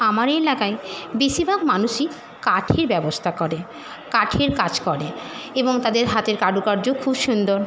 আমার এলাকায় বেশিভাগ মানুষই কাঠের ব্যবস্থা করে কাঠের কাজ করে এবং তাদের হাতের কারুকার্যও খুব সুন্দর